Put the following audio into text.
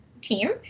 team